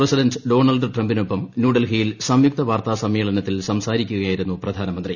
president Donald ട്രംപിനൊപ്പം ന്യൂഡൽഹിയിൽ സംയുക്ത വാർത്താ സമ്മേളനത്തിൽ സൃദ്ധാരിക്കുകയായിരുന്നു പ്രധാനമന്ത്രി